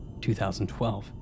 2012